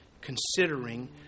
considering